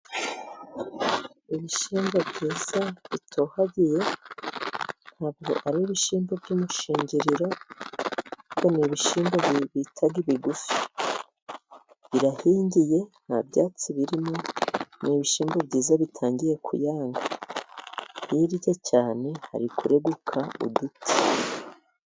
Ibishyimbo byiza bitohagiye, ntabwo ari ibishyimbo by'umushingiriro, ahubwo ni ibishyimbo bita ibigufi, birahingiye nta byatsi birimo, ni ibishyimbo byiza bitangiye kuyanga, hirya cyane hari kureguka uduti.